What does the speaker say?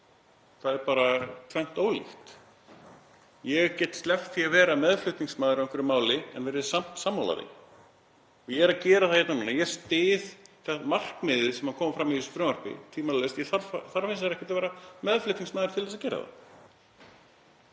Það er bara tvennt ólíkt. Ég get sleppt því að vera meðflutningsmaður á einhverju máli en verið samt sammála því. Og ég er að gera það núna. Ég styð markmiðið sem kom fram í frumvarpinu, tvímælalaust. Ég þarf hins vegar ekkert að vera meðflutningsmaður til þess að gera það.